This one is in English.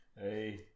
Hey